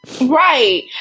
right